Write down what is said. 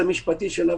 כן,